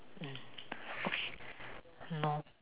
mm !hannor!